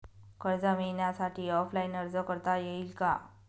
कर्ज मिळण्यासाठी ऑफलाईन अर्ज करता येईल का?